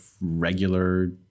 regular